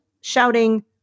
shouting